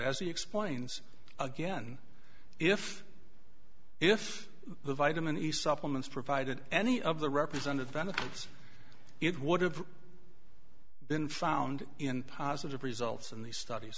as he explains again if if the vitamin e supplements provided any of the represented benefits it would have been found in positive results in these studies